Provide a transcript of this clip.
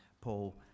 Paul